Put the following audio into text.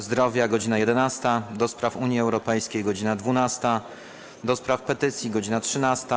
Zdrowia - godz. 11, - do Spraw Unii Europejskiej - godz. 12, - do Spraw Petycji - godz. 13,